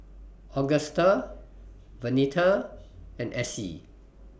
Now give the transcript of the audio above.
Augusta Venita and Essie